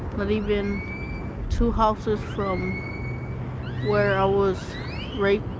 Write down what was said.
but even two houses from where i was raped,